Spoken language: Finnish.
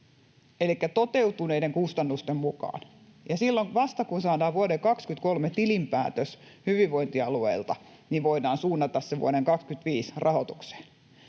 elikkä toteutuneiden kustannusten mukaan, ja silloin vasta, kun saadaan vuoden 23 tilinpäätös hyvinvointialueilta, voidaan suunnata se vuoden 25 rahoitukseen.